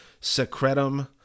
Secretum